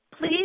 Please